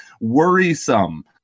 Worrisome